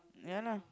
yeah lah